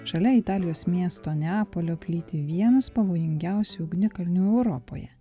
šalia italijos miesto neapolio plyti vienas pavojingiausių ugnikalnių europoje